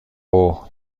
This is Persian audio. اوه